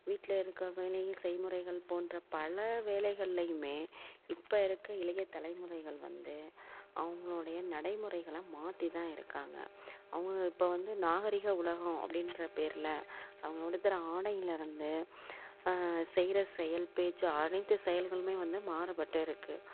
வீட்டில் இருக்க வேலைகள் செய்முறைகள் போன்ற பல வேலைகள்லேயுமே இப்போ இருக்கற இளைய தலைமுறைகள் வந்து அவங்களுடைய நடைமுறைகளை மாற்றிதான் இருக்காங்க அவங்க இப்போ வந்து நாகரிக உலகம் அப்படீன்ற பேரில் அவங்க உடுத்துகிற ஆடையில் இருந்து செய்கிற செயல் பேச்சு அனைத்து செயல்களுமே வந்து மாறுபட்டு இருக்குது